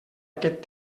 aquest